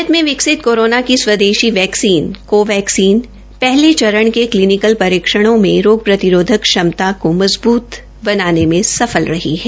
भारत में विकसित कोरोना की स्वदेशी कोवैक्सीन ने पहले चरण के क्लीनिकल परीक्षणों में रोग प्रतिरोधक क्षमता को मजबूत बनाने में सफल रही है